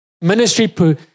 Ministry